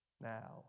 now